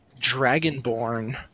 dragonborn